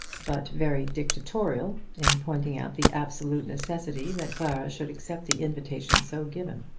but very dictatorial in pointing out the absolute necessity that clara should accept the invitation so given.